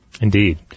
Indeed